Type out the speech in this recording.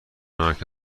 نمک